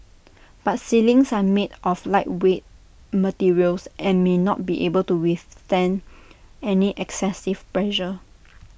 but ceilings are made of lightweight materials and may not be able to withstand any excessive pressure